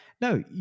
No